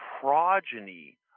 progeny